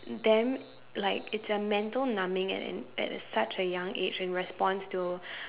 them like it's a mental numbing at an at an such a young age in response to